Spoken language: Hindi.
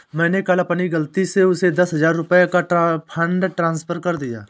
मैंने कल अपनी गलती से उसे दस हजार रुपया का फ़ंड ट्रांस्फर कर दिया